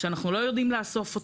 שאנחנו לא יודעים לאסוף אותו,